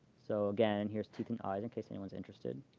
so, again, here's teeth and eyes in case anyone's interested.